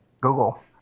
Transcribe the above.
Google